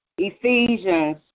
Ephesians